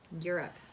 europe